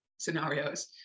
scenarios